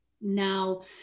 now